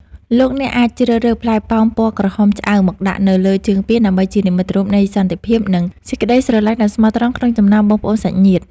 លោកអ្នកអាចជ្រើសរើសផ្លែប៉ោមពណ៌ក្រហមឆ្អៅមកដាក់នៅលើជើងពានដើម្បីជានិមិត្តរូបនៃសន្តិភាព និង សេចក្តីស្រឡាញ់ដ៏ស្មោះស្ម័គ្រក្នុងចំណោមបងប្អូនសាច់ញាតិ។